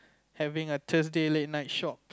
having a Thursday late night shop